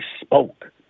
spoke